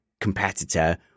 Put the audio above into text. competitor